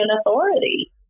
authority